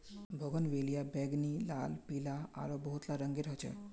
bougainvillea बैंगनी, लाल, पीला आरो बहुतला रंगेर ह छे